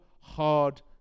hard